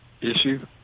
issue